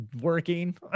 working